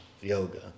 yoga